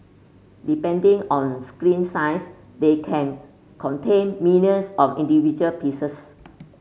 depending on screen size they can contain millions of individual pieces